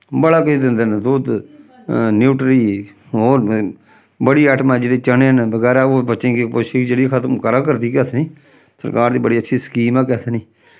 बड़ा किश दिंदे न दुद्ध न्यूट्री होर बड़ी ऐटमा जेह्ड़ी चनें न बगैरा ओह् बच्चें गी कपोशक जेह्ड़ी खत्म करा करदी ऐ केह् आखदे नी सरकार दी बड़ी अच्छी स्कीम ऐ केह् आखदे नी